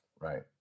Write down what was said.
Right